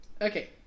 Okay